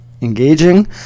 engaging